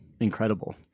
incredible